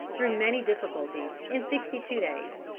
through many difficulties, in sixty-two days.